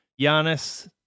Giannis